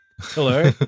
Hello